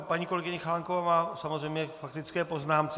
Paní kolegyně Chalánková samozřejmě k faktické poznámce.